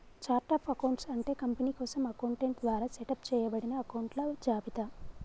chart of accounts అంటే company కోసం accountant ద్వారా సెటప్ చేయబడిన అకొంట్ల జాబితా